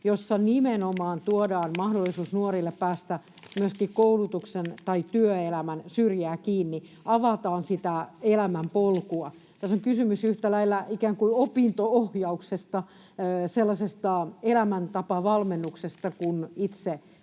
jossa nimenomaan tuodaan mahdollisuus nuorille päästä myöskin koulutuksen tai työelämän syrjään kiinni ja avataan sitä elämänpolkua. Tässä on kysymys yhtä lailla ikään kuin opinto-ohjauksesta, sellaisesta elämäntapavalmennuksesta, kuin